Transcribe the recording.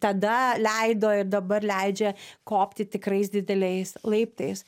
tada leido ir dabar leidžia kopti tikrais dideliais laiptais